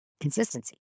consistency